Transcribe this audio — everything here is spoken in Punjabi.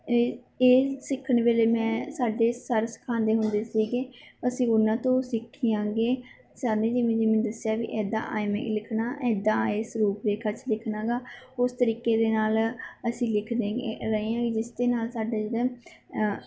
ਇਹ ਇਹ ਸਿੱਖਣ ਵੇਲੇ ਮੈਂ ਸਾਡੇ ਸਰ ਸਿਖਾਉਂਦੇ ਹੁੰਦੇ ਸੀਗੇ ਅਸੀਂ ਉਹਨਾਂ ਤੋਂ ਸਿੱਖੇ ਹੈਗੇ ਸਰ ਨੇ ਜਿਵੇਂ ਜਿਵੇਂ ਦੱਸਿਆ ਵੀ ਇੱਦਾਂ ਇਵੇਂ ਲਿਖਣਾ ਇੱਦਾਂ ਇਸ ਰੂਪ ਰੇਖਾ 'ਚ ਲਿਖਣਾ ਹੈਗਾ ਉਸ ਤਰੀਕੇ ਦੇ ਨਾਲ ਅਸੀਂ ਲਿਖ ਦੇਗੇ ਰਹੇ ਆ ਜਿਸ ਦੇ ਨਾਲ ਸਾਡੇ ਜਿਹੜੇ